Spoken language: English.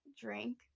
drink